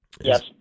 Yes